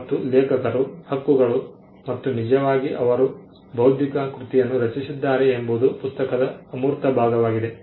ಮತ್ತು ಲೇಖಕರ ಹಕ್ಕುಗಳು ಮತ್ತು ನಿಜವಾಗಿ ಅವರು ಬೌದ್ಧಿಕ ಕೃತಿಯನ್ನು ರಚಿಸಿದ್ದಾರೆ ಎಂಬುದು ಪುಸ್ತಕದ ಅಮೂರ್ತ ಭಾಗವಾಗಿದೆ